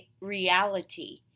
reality